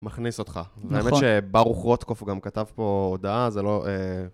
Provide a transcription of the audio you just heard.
מכניס אותך, נכון, האמת שברוך רוטקוף גם כתב פה הודעה, זה לא...